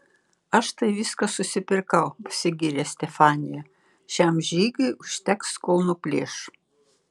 aš tai viską susipirkau pasigyrė stefanija šiam žygiui užteks kol nuplėš